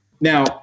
Now